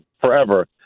forever